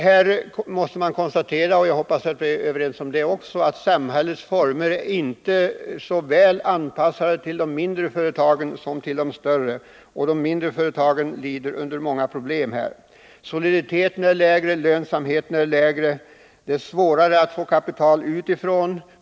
Här måste man konstatera — jag hoppas att vi också är överens om det — att samhällets struktur inte är så väl anpassad till de mindre företagen som till de större. De mindre företagen lider av många problem på det här området. Soliditeten och lönsamheten är lägre, och det är svårare att få kapital utifrån.